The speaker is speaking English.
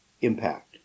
impact